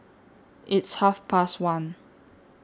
its Half Past one